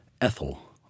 Ethel